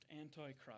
antichrist